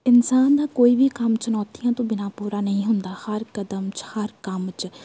ਇਨਸਾਨ ਦਾ ਕੋਈ ਵੀ ਕੰਮ ਚੁਣੌਤੀਆਂ ਤੋਂ ਬਿਨਾਂ ਪੂਰਾ ਨਹੀਂ ਹੁੰਦਾ ਹਰ ਕਦਮ 'ਚ ਹਰ ਕੰਮ 'ਚ